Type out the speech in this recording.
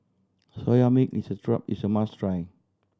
Soya Milk is a is a must try